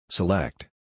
Select